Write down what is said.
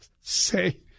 Say